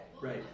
Right